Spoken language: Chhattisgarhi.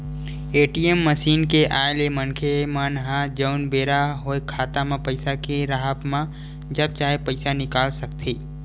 ए.टी.एम मसीन के आय ले मनखे मन ह जउन बेरा होय खाता म पइसा के राहब म जब चाहे पइसा निकाल सकथे